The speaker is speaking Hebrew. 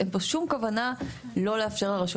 אין פה שום כוונה לא לאפשר לרשויות